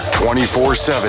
24-7